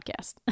podcast